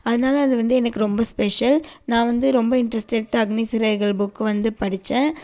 அதனால் அது வந்து எனக்கு ரொம்ப ஸ்பெஷல் நான் வந்து ரொம்ப இன்ட்ரஸ்ட் எடுத்து அக்னி சிறகுகள் புக் வந்து படித்தேன்